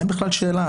אין בכלל שאלה.